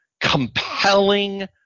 compelling